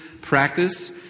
practice